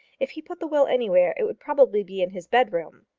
if he put the will anywhere, it would probably be in his bed-room.